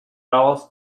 alice